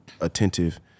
attentive